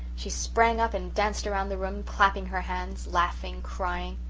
she sprang up and danced around the room, clapping her hands, laughing, crying.